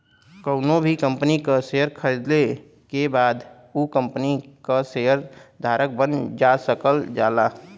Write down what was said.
कउनो भी कंपनी क शेयर खरीदले के बाद उ कम्पनी क शेयर धारक बनल जा सकल जाला